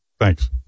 thanks